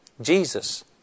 Jesus